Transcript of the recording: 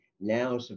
now